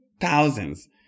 thousands